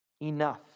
Enough